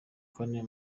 kane